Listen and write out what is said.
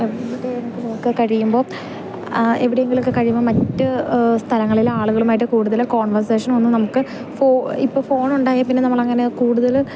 എവിടെയെങ്കിലുമൊക്കെ കഴിയുമ്പോൾ എവിടെയെങ്കിലുമൊക്കെ കഴിയുമ്പോൾ മറ്റു സ്ഥലങ്ങളിലെ ആളുകളുമായിട്ട് കൂടുതൽ കോൺവേർസേഷനൊന്നും നമുക്ക് ഇപ്പോൾ ഫോണുണ്ടായതിൽപ്പിന്നെ നമ്മളങ്ങനെ കൂടുതൽ